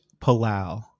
Palau